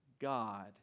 God